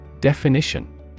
Definition